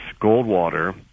Goldwater